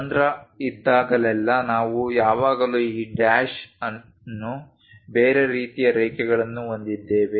ರಂಧ್ರ ಇದ್ದಾಗಲೆಲ್ಲಾ ನಾವು ಯಾವಾಗಲೂ ಈ ಡ್ಯಾಶ್ ಅನ್ನು ಬೇರೆ ರೀತಿಯ ರೇಖೆಗಳನ್ನು ಹೊಂದಿದ್ದೇವೆ